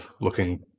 looking